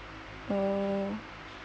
oh